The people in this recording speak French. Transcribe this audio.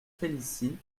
félicie